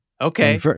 Okay